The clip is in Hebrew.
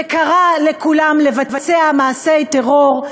וקרא לכולם לבצע מעשי טרור,